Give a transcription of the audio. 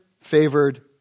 favored